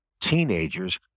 teenagers